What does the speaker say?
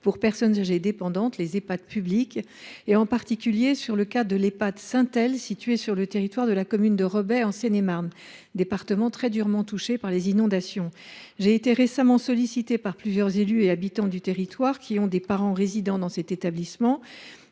pour personnes âgées dépendantes publics, et en particulier sur celle de l’Ehpad Saint Aile, situé sur le territoire de la commune de Rebais, en Seine et Marne, département très durement touché par les inondations. J’ai été récemment sollicitée par plusieurs élus et habitants du territoire qui ont des parents résidant dans cet établissement.